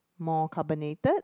more carbonated